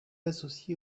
associé